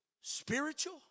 spiritual